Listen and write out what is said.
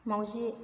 माउजि